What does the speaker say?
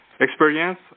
Experience